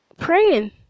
praying